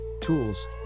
tools